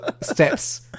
Steps